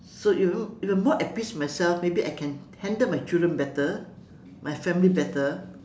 so if I'm if I'm more at peace with myself maybe I can handle my children better my family better